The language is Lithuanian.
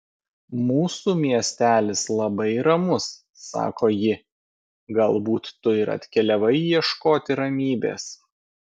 mūsų miestelis labai ramus sako ji galbūt tu ir atkeliavai ieškoti ramybės